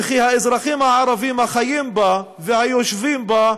וכי האזרחים הערבים החיים בה והיושבים בה,